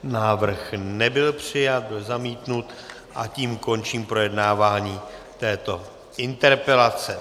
Návrh nebyl přijat, byl zamítnut, a tím končím projednávání této interpelace.